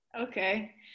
Okay